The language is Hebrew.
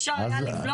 אפשר היה לבלוע,